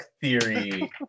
theory